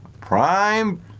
Prime